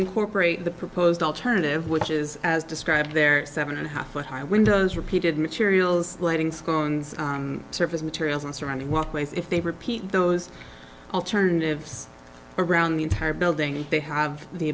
incorporate the proposed alternative which is as described there seven and a half a high windows repeated materials lighting scones surface materials and surrounding walkways if they repeat those alternatives around the entire building they have the